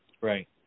Right